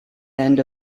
end